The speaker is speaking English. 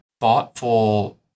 thoughtful